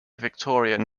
victorian